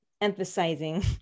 emphasizing